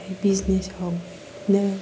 बिजनेसाव बिदिनो